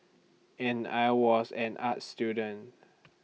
and I was an arts student